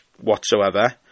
whatsoever